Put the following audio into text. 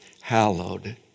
hallowed